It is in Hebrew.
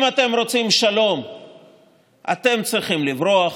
אם אתם רוצים שלום אתם צריכים לברוח,